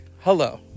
hello